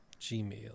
Gmail